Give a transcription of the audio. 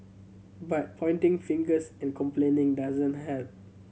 but pointing fingers and complaining doesn't help